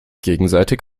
gegenseitig